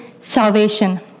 salvation